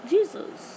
Jesus